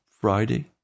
Friday